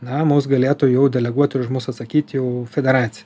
na mus galėtų jau deleguoti ir už mus atsakyti jau federacija